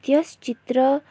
त्यस चित्र